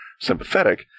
sympathetic